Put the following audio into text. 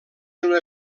una